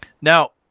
Now